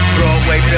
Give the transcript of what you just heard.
Broadway